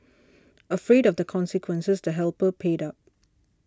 afraid of the consequences the helper paid up